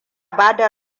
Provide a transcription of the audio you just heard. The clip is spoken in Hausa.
bada